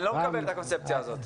אני לא מקבל את הקונספציה הזאת.